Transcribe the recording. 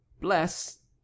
bless